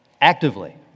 actively